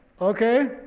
okay